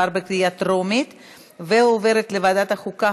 לוועדת החוקה,